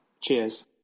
cheers